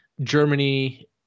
Germany